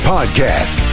Podcast